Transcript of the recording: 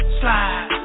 slide